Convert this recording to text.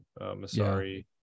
masari